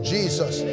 Jesus